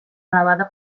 elevada